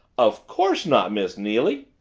of course not, miss neily.